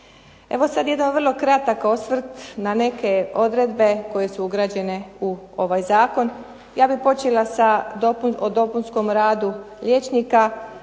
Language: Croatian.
Evo sad jedan vrlo kratak osvrt na neke odredbe koje su ugrađene u ovaj zakon. Ja bih počela o dopunskom radu liječnika.